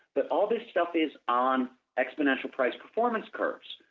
but all the stuff is on exponential price performance curves.